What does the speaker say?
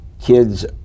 kids